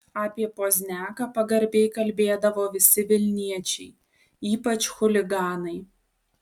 apie pozniaką pagarbiai kalbėdavo visi vilniečiai ypač chuliganai